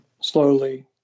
slowly